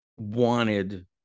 wanted